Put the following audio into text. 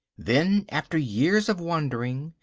then, after years of wandering,